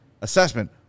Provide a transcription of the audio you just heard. assessment